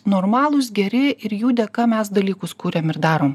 normalūs geri ir jų dėka mes dalykus kuriam ir darom